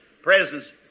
presence